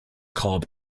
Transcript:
called